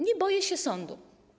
Nie boję się sądu.